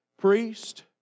priest